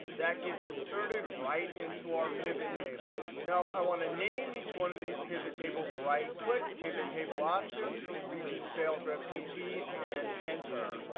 that gets inserted right into our pivot table. now, i want to name each one of these pivot tables. right click, pivot table options, regionsalesreppt, and enter.